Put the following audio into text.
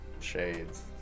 shades